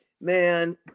man